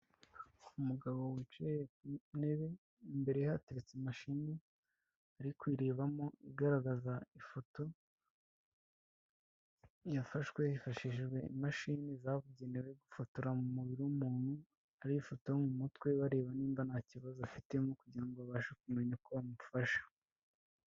Umugabo wicaye ku ntebe, imbere ye hateretse imashini ari kuyirebamo igaragaza ifoto yafashwe hifashishijwe imashini zabugenewe gufotora mu mubiri w'umuntu, hariho ifoto yo mu mutwe bareba nimba nta kibazo afitemo kugira abashe kumenya ko bamufasha.